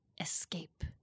escape